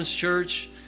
Church